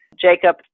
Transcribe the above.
Jacob